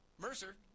Mercer –